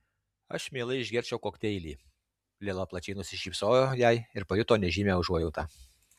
aš mielai išgerčiau kokteilį lila plačiai nusišypsojo jai ir pajuto nežymią užuojautą